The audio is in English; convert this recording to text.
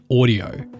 audio